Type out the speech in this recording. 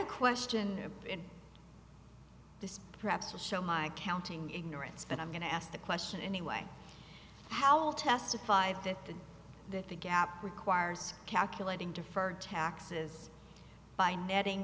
a question in this perhaps to show my accounting ignorance but i'm going to ask the question anyway how will testify fit to that the gap requires calculating deferred taxes by netting